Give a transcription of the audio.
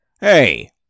Hey